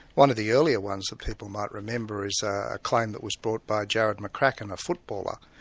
one of the earlier ones that people might remember is a claim that was brought by jared mccracken, a footballer,